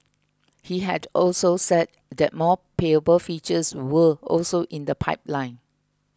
he had also said that more payable features were also in the pipeline